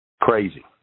Crazy